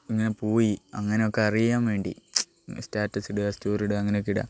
ഇങ്ങനെ പോയി അങ്ങനെയൊക്കെ അറിയാൻ വേണ്ടി പിന്നെ സ്റ്റാറ്റസിടുക സ്റ്റോറിയിടുക അങ്ങനെയൊക്കെയിടാം